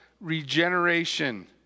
regeneration